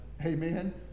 amen